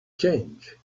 change